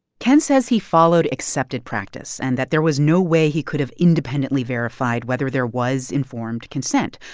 ken says he followed accepted practice and that there was no way he could've independently verified whether there was informed consent.